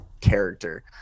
character